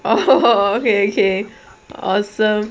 oh okay okay awesome